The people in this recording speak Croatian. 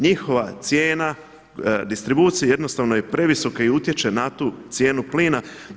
Njihova cijena distribucije jednostavno je previsoka i utječe na tu cijenu plina.